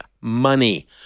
money